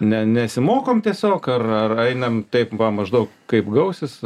ne nesimokom tiesiog ar ar einam taip va maždaug kaip gausis